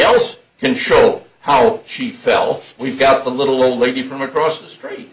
else can show how she felt we've got a little old lady from across the street